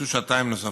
יוקצו שעתיים נוספות.